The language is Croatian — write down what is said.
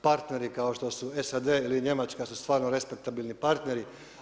Partneri kao što su SAD ili Njemačka su stvarno respektabilni partneri.